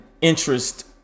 interest